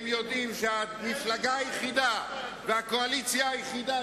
הם יודעים שהמפלגה היחידה והקואליציה היחידה